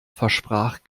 versprach